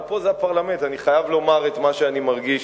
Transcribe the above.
אבל פה זה הפרלמנט ואני חייב לומר את מה שאני מרגיש,